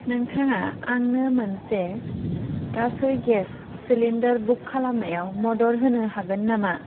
नोंथाङा आंनो मोनसे गासै गेस सिलिन्डार बुक खालामनायाव मदद होनो हागोन नामा